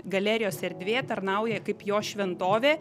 galerijos erdvė tarnauja kaip jo šventovė